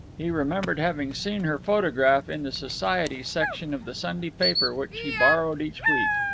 he remembered having seen her photograph in the society section of the sunday paper which he borrowed each week.